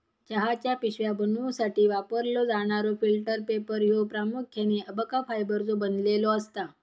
चहाच्या पिशव्या बनवूसाठी वापरलो जाणारो फिल्टर पेपर ह्यो प्रामुख्याने अबका फायबरचो बनलेलो असता